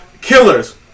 Killers